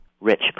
rich